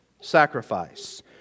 sacrifice